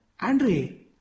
Andre